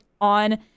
on